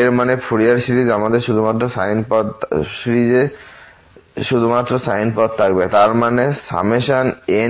এর মানে Fourier series আমাদের শুধুমাত্র সাইন পদ থাকবে তার মানে